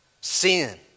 sin